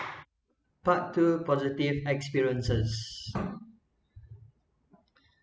part two positive experiences